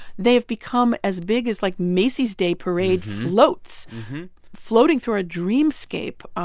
they've become as big as, like, macy's day parade floats floating through our dreamscape,